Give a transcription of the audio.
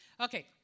okay